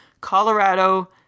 Colorado